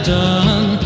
done